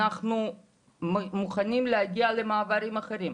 אנחנו מוכנים להגיע למעברים אחרים,